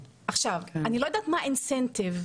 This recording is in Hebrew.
אני לא יודעת מה ה- incentive,